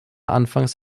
anfangs